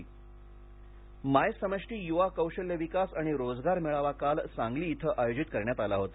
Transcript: अनाथ माय समष्टी यूवा कौशल्य विकास आणि रोजगार मेळावा काल सांगली इथं आयोजित करण्यात आला होता